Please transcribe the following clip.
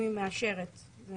אם היא מאשרת, זה